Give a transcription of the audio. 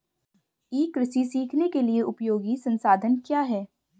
ई कृषि सीखने के लिए उपयोगी संसाधन क्या हैं?